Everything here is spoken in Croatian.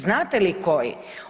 Znate li koji?